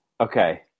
Okay